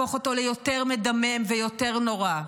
לא להפוך אותו ליותר מדמם ויותר נורא.